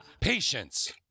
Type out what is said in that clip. Patience